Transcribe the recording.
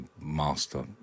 master